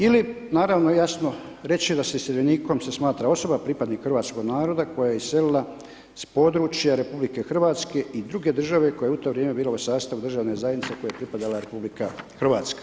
Ili naravno, jasno reći će da se iseljenikom se smatra osoba pripadnik hrvatskog naroda koje je iselila s područja RH i druge države koja je u to vrijeme bila u sastavu državne zajednice kojoj je pripadala RH.